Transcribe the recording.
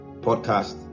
podcast